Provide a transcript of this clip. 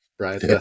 Right